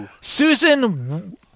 Susan